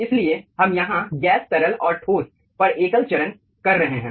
इसलिए हम यहाँ गैस तरल और ठोस पर एकल चरण कर रहे हैं